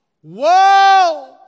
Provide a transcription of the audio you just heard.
whoa